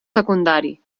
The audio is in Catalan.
secundari